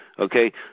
Okay